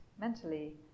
mentally